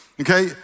Okay